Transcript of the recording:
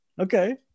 Okay